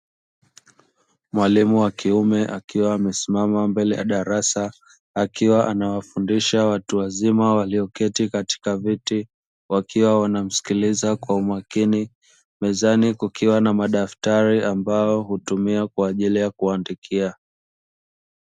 Mwalimu wa kiume akiwa amesimama mbele ya darasa akiwa anawafundisha watu wazima waliyoketi katika viti wakiwa wanamsikiliza kwa umakini, mezani kukiwa na madaftari ambayo hutumia kwa ajili ya kuandikia.